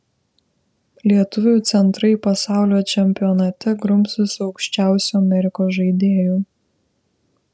lietuvių centrai pasaulio čempionate grumsis su aukščiausiu amerikos žaidėju